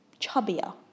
chubbier